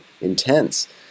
intense